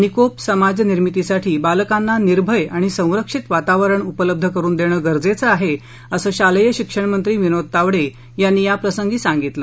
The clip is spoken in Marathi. निकोप समाज निर्मितीसाठी बालकांना निर्भय आणि संरक्षित वातावरण उपलब्ध करून देणं गरजेचं आहे असं शालेय शिक्षणमंत्री विनोद तावडे यांनी याप्रसंगी सांगितलं